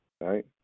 right